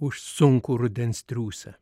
už sunkų rudens triūsą